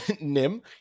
nim